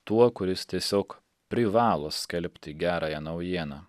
tuo kuris tiesiog privalo skelbti gerąją naujieną